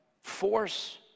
force